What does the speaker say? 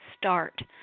start